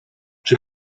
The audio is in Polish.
czy